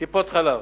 טיפות-חלב,